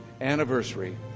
anniversary